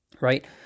right